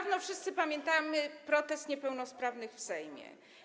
Wszyscy pamiętamy niedawny protest niepełnosprawnych w Sejmie.